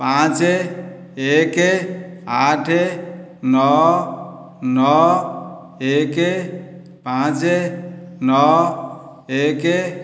ପାଞ୍ଚ ଏକ ଆଠ ନଅ ନଅ ଏକ ପାଞ୍ଚ ନଅ ଏକ